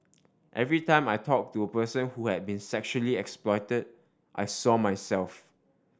every time I talked to a person who had been sexually exploited I saw myself